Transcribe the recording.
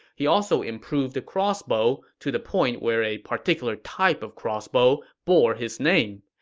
he also improved the crossbow, to the point where a particular type of crossbow bore his name.